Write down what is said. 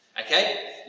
Okay